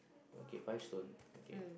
okay five stone okay